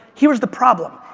here's the problem.